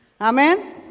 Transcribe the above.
Amen